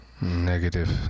Negative